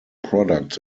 products